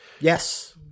Yes